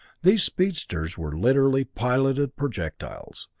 these speedsters were literally piloted projectiles,